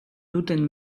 duten